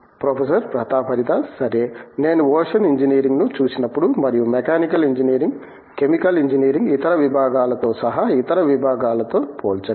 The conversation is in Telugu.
ప్రొఫెసర్ ప్రతాప్ హరిదాస్ సరే నేను ఓషన్ ఇంజనీరింగ్ను చూసినప్పుడు మరియు మెకానికల్ ఇంజనీరింగ్ కెమికల్ ఇంజనీరింగ్ ఇతర విభాగాలతో సహా ఇతర విభాగాలతో పోల్చండి